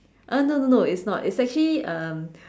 uh no no no it's not it's actually um